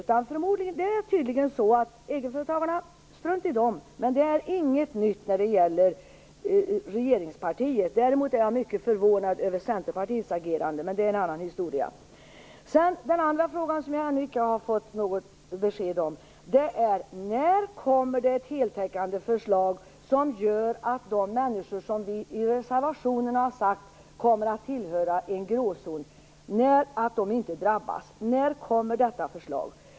Det är tydligen så att: Egenföretagarna - strunt i dem! Men det är inget nytt när det gäller regeringspartiet. Däremot är jag mycket förvånad över Centerpartiets agerande, men det är en annan historia. Den andra frågan som jag ännu icke har fått något besked om är: När kommer det ett heltäckande förslag som gör att de människor, som vi i reservationen har sagt kommer att tillhöra en gråzon, inte drabbas? När kommer detta förslag?